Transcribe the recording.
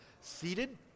seated